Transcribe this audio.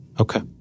Okay